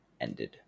ended